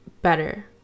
better